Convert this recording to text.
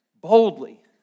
boldly